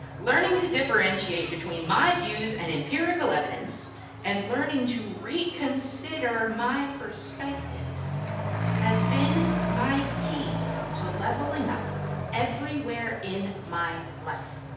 learning to differentiate between my views and empirical evidence and learning to reconsider my perspectives has been my key to leveling up everywhere in my life.